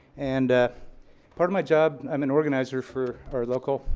and part of my job. i'm an organizer for our local,